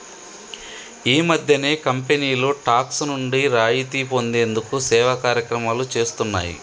ఈ మధ్యనే కంపెనీలు టాక్స్ నుండి రాయితీ పొందేందుకు సేవా కార్యక్రమాలు చేస్తున్నాయి